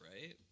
right